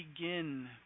begin